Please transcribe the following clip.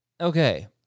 Okay